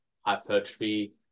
hypertrophy